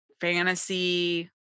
fantasy